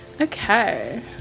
Okay